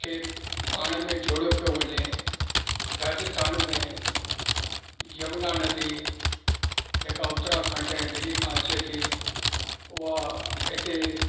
खे पाण में जोड़ियो पियो वञे राजस्थान में यमुना नदी जेका उत्तराखंड ऐं दिल्ली मां अचे थी उहा हिते